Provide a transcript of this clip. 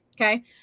Okay